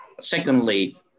Secondly